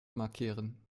markieren